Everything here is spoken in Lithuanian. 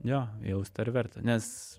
jo jausti ar verta nes